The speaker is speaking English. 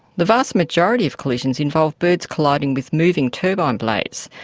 the vast majority of collisions involve birds colliding with moving turbine blades,